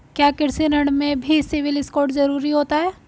क्या कृषि ऋण में भी सिबिल स्कोर जरूरी होता है?